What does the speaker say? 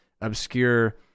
obscure